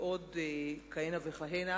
ועוד כהנה וכהנה.